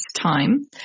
time